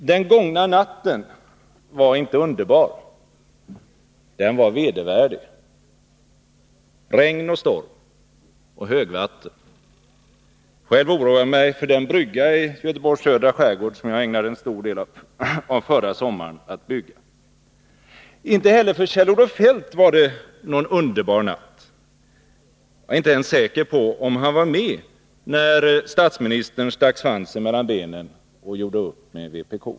Den gångna natten var inte underbar. Den var vedervärdig — regn och storm och högvatten. Själv oroade jag mig för den brygga i Göteborgs södra skärgård som jag ägnade en stor del av förra sommaren att bygga. Inte heller för Kjell-Olof Feldt var det någon underbar natt. Jag är inte ens säker på om han var med när statsministern stack svansen mellan benen och gjorde upp med vpk.